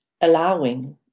allowing